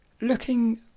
looking